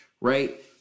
Right